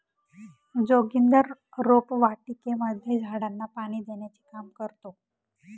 जोगिंदर रोपवाटिकेमध्ये झाडांना पाणी देण्याचे काम करतो